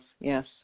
Yes